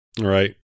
right